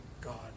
God